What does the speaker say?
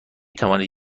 توانید